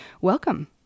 Welcome